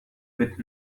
with